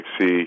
see